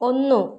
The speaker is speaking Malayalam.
ഒന്നു